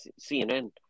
cnn